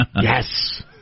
Yes